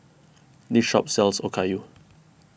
this shop sells Okayu